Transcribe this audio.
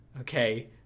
Okay